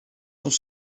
sont